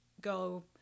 go